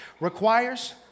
Requires